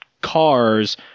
cars